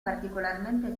particolarmente